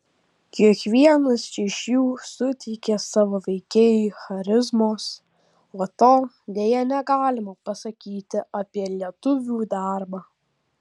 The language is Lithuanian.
kiekvienas iš jų suteikė savo veikėjui charizmos o to deja negalima pasakyti apie lietuvių darbą